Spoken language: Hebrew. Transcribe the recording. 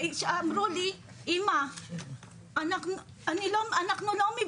והן אמרו לנו, אמא, אנחנו לא מבינות,